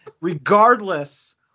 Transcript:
regardless